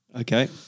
Okay